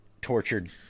tortured